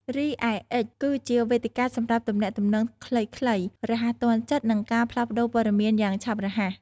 រីឯ អិច គឺជាវេទិកាសម្រាប់ទំនាក់ទំនងខ្លីៗ រហ័សទាន់ចិត្ត និងការផ្លាស់ប្ដូរព័ត៌មានយ៉ាងឆាប់រហ័ស។